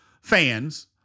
fans